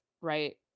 right